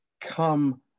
come